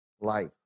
life